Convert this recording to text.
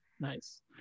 Nice